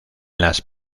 las